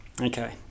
Okay